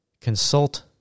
consult